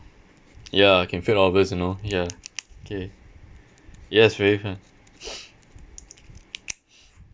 ya can fit all of us you know ya okay yes very fun